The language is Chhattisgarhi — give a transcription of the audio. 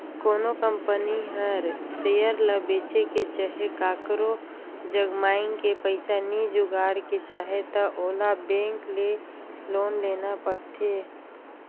कोनो कंपनी हर सेयर ल बेंच के चहे काकरो जग मांएग के पइसा नी जुगाड़ के चाहे त ओला बेंक ले लोन लेना परथें